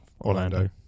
Orlando